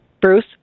Bruce